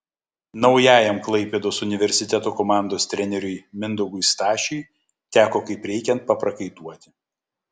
naujajam klaipėdos universiteto komandos treneriui mindaugui stašiui teko kaip reikiant paprakaituoti